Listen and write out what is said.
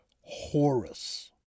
Horus